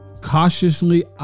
cautiously